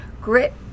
grit